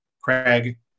Craig